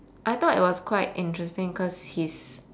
I thought it was quite interesting cause his